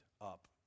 up